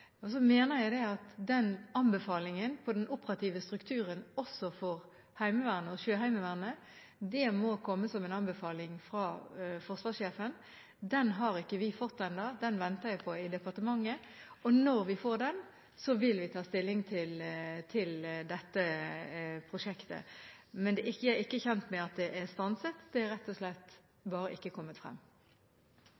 Jeg mener at anbefalingen på den operative strukturen også for Heimevernet og Sjøheimevernet må komme fra forsvarssjefen. Den har ikke vi fått ennå, den venter vi på i departementet. Når vi får den, vil vi ta stilling til dette prosjektet. Jeg er ikke kjent med at det er stanset. Det er rett og slett